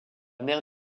mer